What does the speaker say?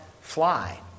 fly